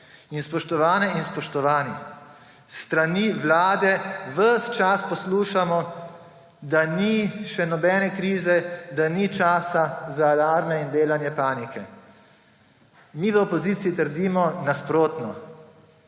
In, spoštovane in spoštovani, s strani vlade ves čas poslušamo, da ni še nobene krize, da ni časa za alarme in delanje panike. Mi v opoziciji trdimo nasprotno.